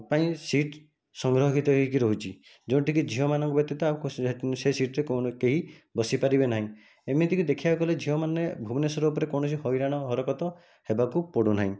ପାଇଁ ସିଟ୍ ସଂରକ୍ଷିତ ହୋଇକି ରହିଛି ଯୋଉଁଟିକି ଝିଅମାନଙ୍କ ବ୍ୟତୀତ ଆଉ ସେ ସିଟ୍ ରେ କେହି ବସିପାରିବେ ନାହିଁ ଏମିତିକି ଦେଖିବାକୁ ଗଲେ ଝିଅମାନେ ଭୁବନେଶ୍ଵର ଉପରେ କୌଣସି ହଇରାଣ ହରକତ ହେବାକୁ ପଡ଼ୁନାହିଁ